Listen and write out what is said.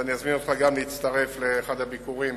אז אני אזמין גם אותך להצטרף לאחד הביקורים,